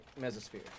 mesosphere